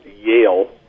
yale